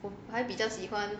我还比较喜欢